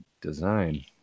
design